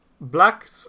Black